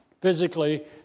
physically